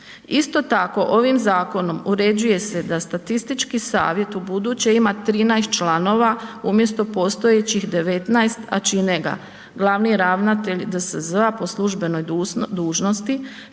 Isto tako, ovim zakonom uređuje se da statistički savjet ubuduće ima 13 članova umjesto postojećih 19, a čine ga, glavni ravnatelj DSZ-a po službenoj dužnosti